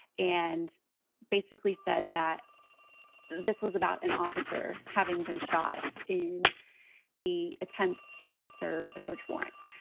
and basically said that this was about an officer having been shot in the attempt to serve a search warrant.